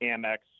Amex